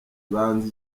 banze